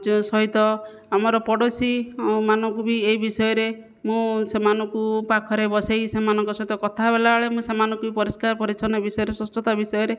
ଯେଉଁ ସହିତ ଆମର ପଡ଼ୋଶୀ ମାନଙ୍କୁ ବି ଏଇ ବିଷୟରେ ମୁଁ ସେମାନଙ୍କୁ ପାଖରେ ବସେଇ ସେମାନଙ୍କ ସହିତ କଥା ହେଲା ବେଳେ ମୁଁ ସେମାନଙ୍କୁ ବି ପରିଷ୍କାର ପରିଚ୍ଛନ୍ନ ବିଷୟରେ ସ୍ୱଚ୍ଛତା ବିଷୟରେ